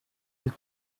with